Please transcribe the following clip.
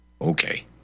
Okay